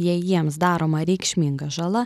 jei jiems daroma reikšminga žala